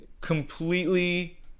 completely